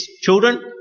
children